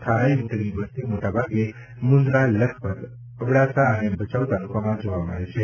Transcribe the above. ખારાઈ ઊંટની વસતિ મોટાભાગે મુંદ્રા લખપત અબડાસા અને ભચાઉ તાલુકામાં જોવા મળે છે